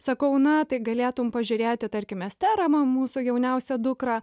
sakau na tai galėtum pažiūrėti tarkim esterą ma mūsų jauniausią dukrą